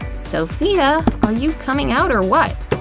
sophia? are you coming out or what?